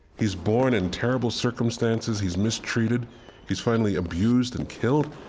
he's born in terrible circumstances, he's mistreated. he's finally abused and killed.